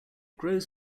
grows